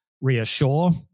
reassure